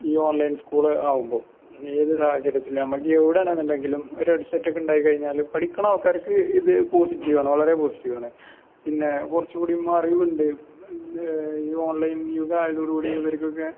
ഈ online school ആകുമ്പോൾ ഏതൊരു സാഹചര്യത്തിലും നമുക്ക് എവിടെയാണെന്നുണ്ടെങ്കിലും ഒരു ഹെഡ് സെറ്റൊക്കെ ഉണ്ടായി കഴിഞ്ഞാലും പഠിക്കുന്ന ആൾക്കാർക്ക് ഇത് പോസിറ്റീവാണ് വളരെ പോസിറ്റീവാണ് പിന്നെ കുറച്ചും കൂടിയും അറിവുണ്ട് ഈ ഓൺ ലൈൻ യുഗമായത് കൊണ്ട് കൂടി ഇവർക്കൊക്കെ